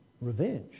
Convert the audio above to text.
revenge